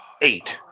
eight